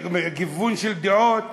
גיוון של דעות,